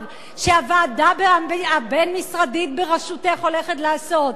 שהוועדה הבין-משרדית בראשותך הולכת לעשות,